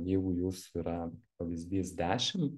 jeigu jūsų yra pavyzdys dešim